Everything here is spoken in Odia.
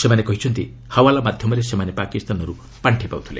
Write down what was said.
ସେମାନେ କହିଛନ୍ତି ହାୱାଲା ମାଧ୍ୟମରେ ସେମାନେ ପାକିସ୍ତାନର୍ ପାଣ୍ଠି ପାଉଥିଲେ